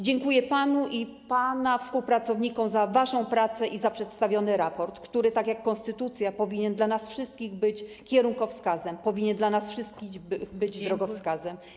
Dziękuję panu i pana współpracownikom za waszą pracę i za przedstawiony raport, który tak jak konstytucja powinien dla nas wszystkich być kierunkowskazem, powinien dla nas wszystkich być drogowskazem.